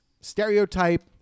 stereotype